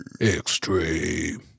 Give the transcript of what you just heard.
Extreme